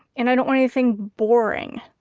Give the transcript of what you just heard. and i don't want anything boring